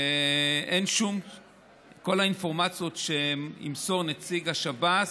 ואת כל האינפורמציה ימסור נציג השב"ס,